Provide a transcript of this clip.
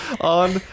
on